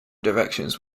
directions